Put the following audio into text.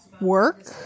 work